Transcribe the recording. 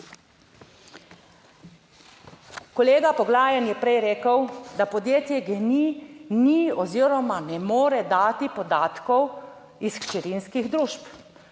Kolega Poglajen je prej rekel, da podjetje GEN-I ni oziroma ne more dati podatkov iz hčerinskih družb.